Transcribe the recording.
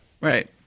Right